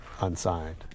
unsigned